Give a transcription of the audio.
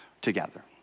together